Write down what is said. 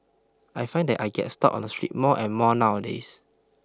I find that I get stopped on the street more and more nowadays